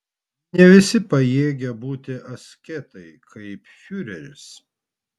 ne visi pajėgia būti asketai kaip fiureris